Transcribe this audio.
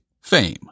fame